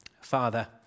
Father